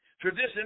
Tradition